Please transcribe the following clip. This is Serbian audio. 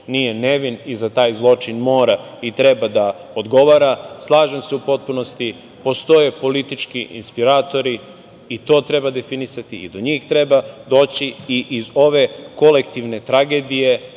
nije nevin i za taj zločin mora i treba da odgovara. Slažem se u potpunosti da postoje politički inspiratori i to treba definisati i do njih treba doći i iz ove kolektivne tragedije,